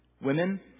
Women